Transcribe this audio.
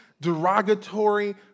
derogatory